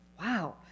wow